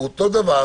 הוא אותו דבר